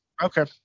Okay